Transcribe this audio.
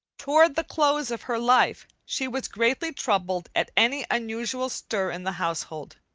toward the close of her life she was greatly troubled at any unusual stir in the household.